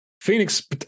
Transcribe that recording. Phoenix